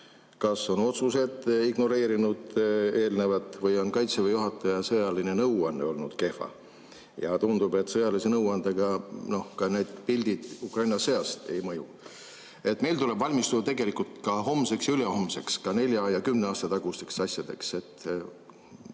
kas on otsused ignoreerinud eelnevat või on kaitseväe juhataja sõjaline nõuanne olnud kehva. Tundub, et sõjalise nõuandega on nii, et ka pildid Ukraina sõjast ei mõju. Meil tuleb valmistuda tegelikult homseks, ülehomseks, ka nelja ja kümne aasta [pärast toimuvateks]